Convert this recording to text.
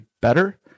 better